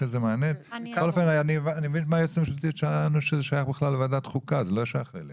אני מבין מהיועצת המשפטית שזה שייך בכלל לוועדת החוקה ולא שייך אלינו.